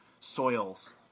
soils